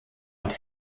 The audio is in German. und